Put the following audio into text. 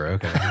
Okay